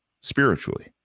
spiritually